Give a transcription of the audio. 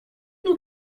nous